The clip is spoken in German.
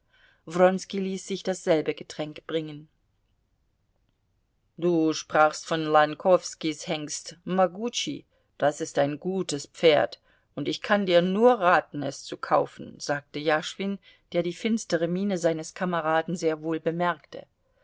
wronski ließ sich dasselbe getränk bringen du sprachst von lankowskis hengst mogutschi das ist ein gutes pferd und ich kann dir nur raten es zu kaufen sagte jaschwin der die finstere miene seines kameraden sehr wohl bemerkte